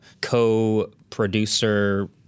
co-producer